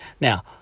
now